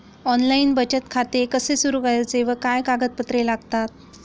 Online बचत खाते कसे सुरू करायचे व काय कागदपत्रे लागतात?